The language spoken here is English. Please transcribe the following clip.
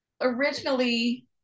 Originally